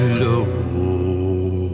low